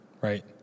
right